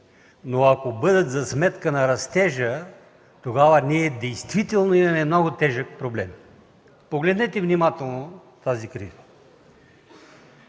но ако бъдат за сметка на растежа, тогава ние действително имаме много тежък проблем. Погледнете внимателно тази крива.